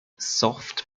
soft